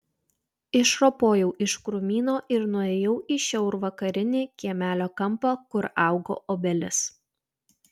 išropojau iš krūmyno ir nuėjau į šiaurvakarinį kiemelio kampą kur augo obelis